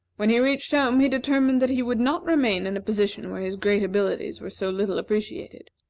when he reached home, he determined that he would not remain in a position where his great abilities were so little appreciated.